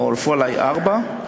אולי אפילו ארבע,